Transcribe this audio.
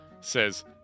says